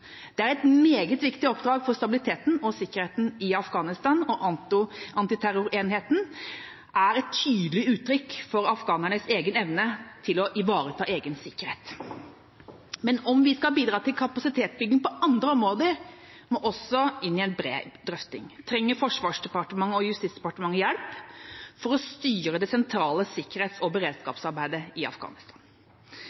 Det er et meget viktig oppdrag for stabiliteten og sikkerheten i Afghanistan. Antiterrorenheten er et tydelig uttrykk for afghanernes evne til å ivareta egen sikkerhet. Men om vi skal bidra til kapasitetsbygging på andre områder, må også det inn i en bred drøfting. Trenger Forsvarsdepartementet og Justisdepartementet hjelp for å styre det sentrale sikkerhets- og